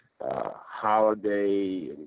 holiday